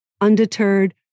Undeterred